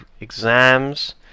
exams